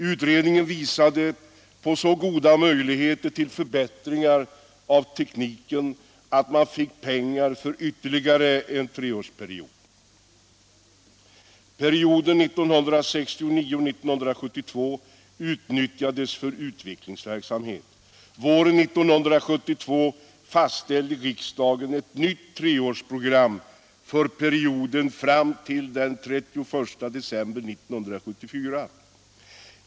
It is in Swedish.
Utredningen visade på så goda möjligheter till förbättringar av tekniken att man fick pengar för ytterligare en treårsperiod. Perioden 1969-1972 utnyttjades för utvecklingsverksamhet. Våren 1972 fastställde riksdagen ett nytt treårsprogram för perioden fram till den 31 december 1974.